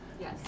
Yes